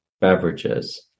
beverages